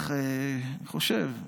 אני חושב,